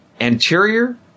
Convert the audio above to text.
Anterior